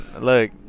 look